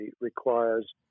requires